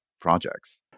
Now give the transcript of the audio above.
projects